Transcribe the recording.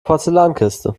porzellankiste